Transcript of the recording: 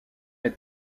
est